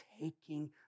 taking